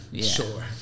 sure